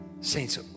Saints